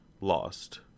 lost